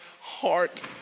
heart